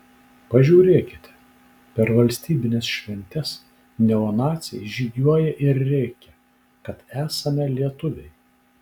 pažiūrėkite per valstybines šventes neonaciai žygiuoja ir rėkia kad esame lietuviai